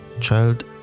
child